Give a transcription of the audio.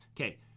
Okay